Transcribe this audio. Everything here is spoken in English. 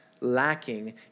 lacking